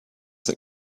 that